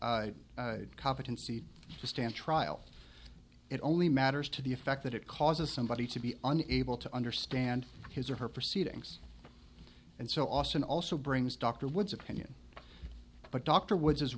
show competency to stand trial it only matters to the effect that it causes somebody to be unable to understand his or her proceedings and so often also brings dr woods opinion but dr wood